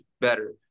better